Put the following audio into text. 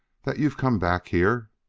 that you've come back here?